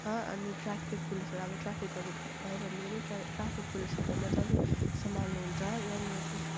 अनि ट्राफिक पुलिसहरू अब ट्राफिकहरू भयो भने ट्राफिक पुलिसहरूले मजाले सम्हाल्नुहुन्छ यहाँनेर